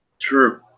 True